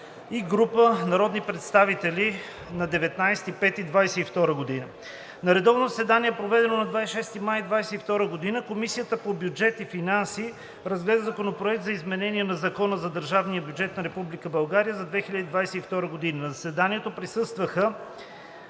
и група народни представители на 19 май 2022 г. На редовно заседание, проведено на 26 май 2022 г., Комисията по бюджет и финанси разгледа Законопроект за изменение на Закона за държавния бюджет на Република България за 2022 г. На заседанието присъстваха: